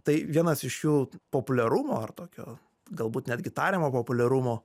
tai vienas iš jų populiarumo ar tokio galbūt netgi tariamo populiarumo